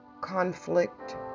conflict